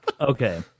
okay